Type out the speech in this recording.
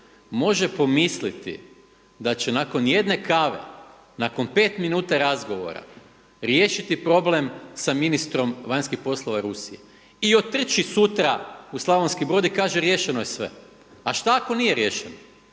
može pomisliti da će nakon jedne kave, nakon pet minuta razgovora riješiti problem sa ministrom vanjskih poslova Rusije i otrči sutra u Slavonski Brod i kaže riješeno je sve. A šta ako nije riješeno?